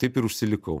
taip ir užsilikau